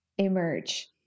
emerge